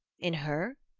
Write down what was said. in her?